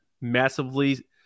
massively